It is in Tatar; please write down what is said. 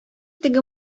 теге